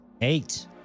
Eight